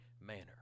manner